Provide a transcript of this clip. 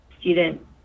student